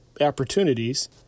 opportunities